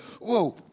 Whoa